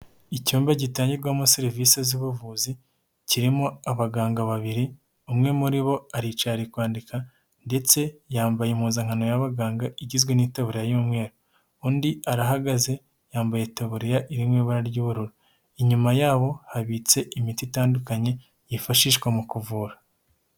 Icyumba gitangirwamo serivisi z'ubuvuzi, kirimo abaganga babiri, umwe muri bo aricara kwandika ndetse yambaye impuzankano yaabaganga igizwe n'itebura y'umweru undi arahagaze yambayetabuririya iririmo ibara ry'ubururu. Inyuma yabo habitse imiti itandukanye yifashishwa mu kuvura.